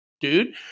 dude